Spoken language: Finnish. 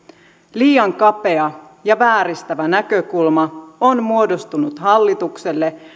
liian kapea ja vääristävä näkökulma on muodostunut hallitukselle